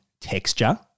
texture